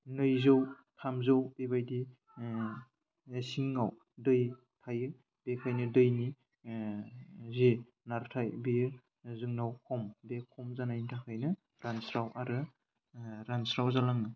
नैजौ थामजौ बेबायदि सिङाव दै थायो बेखायनो दैनि जि नारथाय बेयो जोंनाव खम बे खम जानायनि थाखायनो रानस्राव आरो रानस्राव जालाङो